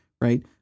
right